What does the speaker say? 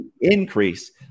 increase